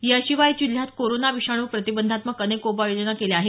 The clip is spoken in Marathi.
याशिवाय जिल्ह्यात कोरोना विषाणू प्रतिबंधात्मक अनेक उपाययोजना केल्या आहेत